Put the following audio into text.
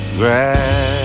grass